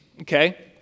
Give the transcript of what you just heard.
okay